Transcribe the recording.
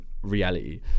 reality